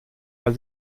weil